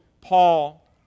Paul